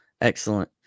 Excellent